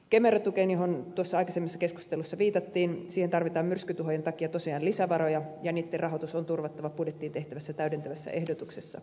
kemera tukeen johon tuossa aikaisemmassa keskustelussa viitattiin tarvitaan myrskytuhojen takia tosiaan lisävaroja ja niitten rahoitus on turvattava budjettiin tehtävässä täydentävässä ehdotuksessa